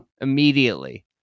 Immediately